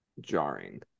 jarring